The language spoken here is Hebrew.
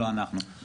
אנחנו,